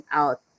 out